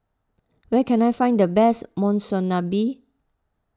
where can I find the best Monsunabe